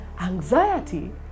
Anxiety